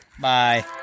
Bye